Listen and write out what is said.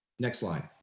next slide.